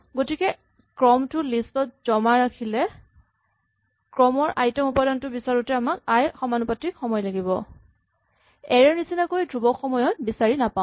গতিকে ক্ৰমটো লিষ্ট ত জমা ৰাখিলে ক্ৰমৰ আই তম উপাদানটো বিচাৰোতে আমাক আই সমানুপাতিক সময় লাগিব এৰে ৰ নিচিনাকৈ ধ্ৰুৱক সময়ত বিচাৰি নাপাওঁ